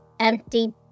empty